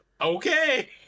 okay